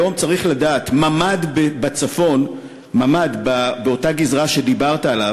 היום צריך לדעת: ממ"ד באותה גזרה שדיברת עליה